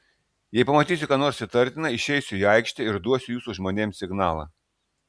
jei pamatysiu ką nors įtartina išeisiu į aikštę ir duosiu jūsų žmonėms signalą